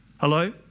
Hello